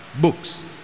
books